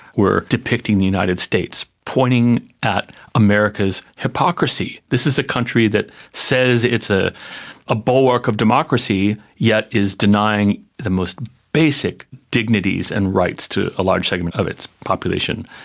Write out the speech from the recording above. were depicting the united states, pointing at america's hypocrisy. this is a country that says it's ah a bulwark of democracy, yet is denying the most basic dignities and rights to a large segment of its population.